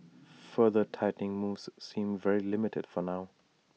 further tightening moves seem very limited for now